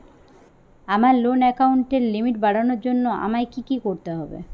আমার লোন অ্যাকাউন্টের লিমিট বাড়ানোর জন্য আমায় কী কী করতে হবে?